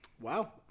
wow